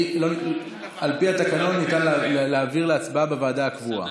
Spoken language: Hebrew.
על פי התקנון בהצבעה ניתן להעביר לוועדה הקבועה,